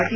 T